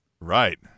Right